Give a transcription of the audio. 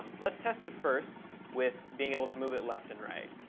um let's test it first with being able to move it left and right.